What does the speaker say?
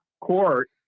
court